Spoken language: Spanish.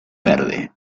verde